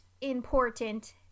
important